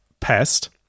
pest